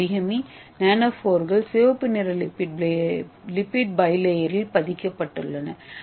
ஏ origami நானோபோர்கள் சிவப்பு நிற லிப்பிட் பிளேயரில் பதிக்கப்பட்டுள்ளன